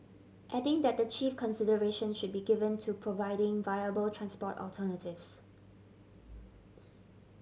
adding that the chief consideration should be given to providing viable transport alternatives